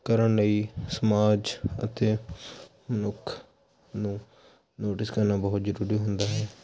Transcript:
ਕਰਨ ਲਈ ਸਮਾਜ ਅਤੇ ਮਨੁੱਖ ਨੂੰ ਨੋਟਿਸ ਕਰਨਾ ਬਹੁਤ ਜ਼ਰੂਰੀ ਹੁੰਦਾ ਹੈ